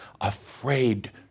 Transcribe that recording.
afraid